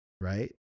right